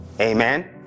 Amen